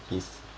his